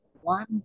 one